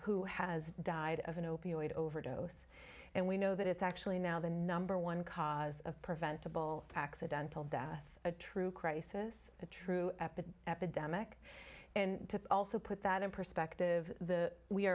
who has died of an opioid overdose and we know that it's actually now the number one cause of preventable accidental death a true crisis a true epidemic and to also put that in perspective the we